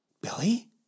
Billy